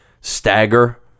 stagger